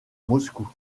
moscou